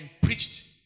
preached